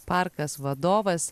parkas vadovas